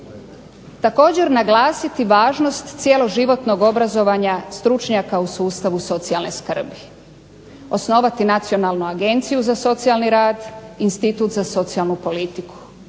Također naglasiti važnost cjeloživotnog obrazovanja stručnjaka u sustavu socijalne skrbi, osnovati nacionalnu agenciju za socijalni rad, institut za socijalnu politiku.